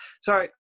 sorry